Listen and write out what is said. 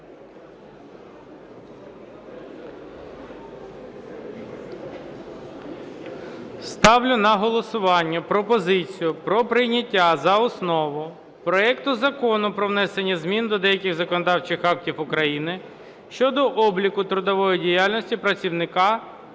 Ставлю на голосування пропозицію про прийняття за основу проекту Закону про внесення змін до деяких законодавчих актів України щодо обліку трудової діяльності працівника